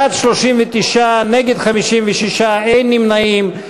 בעד, 39, נגד, 56, אין נמנעים.